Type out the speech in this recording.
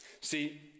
See